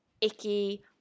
icky